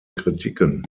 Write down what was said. kritiken